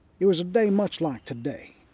it was a day much like today.